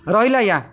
ରହିଲି ଆଜ୍ଞା